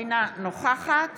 אינה נוכחת